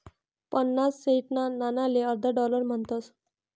पन्नास सेंटना नाणाले अर्धा डालर म्हणतस